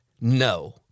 no